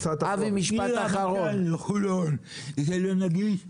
מרמת גן לחולון זה לא נגיש.